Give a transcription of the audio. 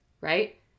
Right